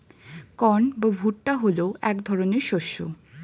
corn বা ভুট্টা হলো এক ধরনের শস্য